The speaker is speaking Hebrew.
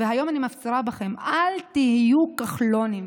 והיום אני מפצירה בכם: אל תהיו כחלונים,